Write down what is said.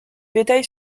bétail